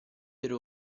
per